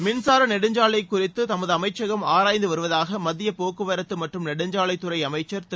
மின்சார நெடுஞ்சாலை குறித்து தமது அமைச்சகம் ஆராய்ந்து வருவதாக மத்திய போக்குவரத்து மற்றும் நெடுஞ்சாலைத்துறை அமைச்சர் திரு